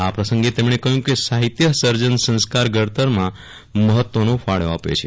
આ પ્રસંગે તેમણે કહ્યું કે સાહિત્ય સર્જન સંસ્કાર ઘડતરમાં મહત્વનો ફાળો આપે છે